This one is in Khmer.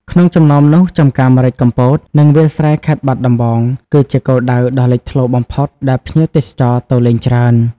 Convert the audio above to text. ក្នុងចំណោមនោះ ចម្ការម្រេចកំពត និងវាលស្រែខេត្តបាត់ដំបង គឺជាគោលដៅដ៏លេចធ្លោបំផុតដែលភ្ញៀវទេសចរណ៍ទៅលេងច្រើន ។